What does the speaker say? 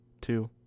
two